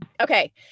okay